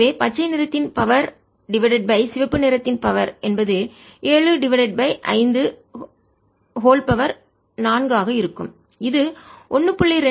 எனவே பச்சை நிறத்தின் பவர் சக்தி டிவைடட் பை சிவப்பு நிறத்தின் பவர் சக்தி என்பது 7 டிவைடட் பை 5 4 ஆக இருக்கும் இது 1